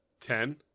ten